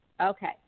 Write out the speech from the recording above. Okay